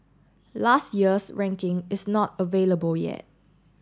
last year's ranking is not available yet